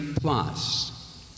plus